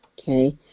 okay